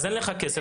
אין לך כסף,